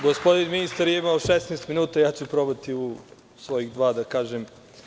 Gospodin ministar je imao 16 minuta, ja ću probati u svojih dva da kažem.